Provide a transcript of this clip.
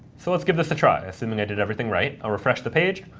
so let's give this a try. assuming i did everything right, i'll refresh the page.